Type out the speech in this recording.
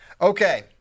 Okay